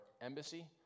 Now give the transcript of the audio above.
embassy